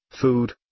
food